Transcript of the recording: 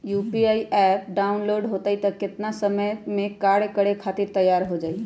UPI app download होई त कितना समय मे कार्य करे खातीर तैयार हो जाई?